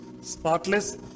spotless